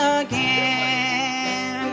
again